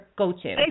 go-to